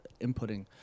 inputting